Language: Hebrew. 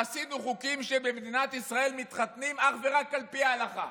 עשינו חוקים שבמדינת ישראל מתחתנים אך ורק על פי ההלכה.